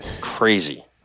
crazy